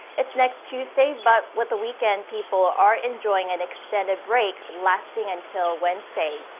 it's next tuesday, but with the weekend, people are enjoying an extended break lasting until wednesday.